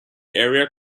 area